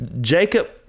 jacob